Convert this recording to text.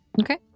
okay